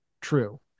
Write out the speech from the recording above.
true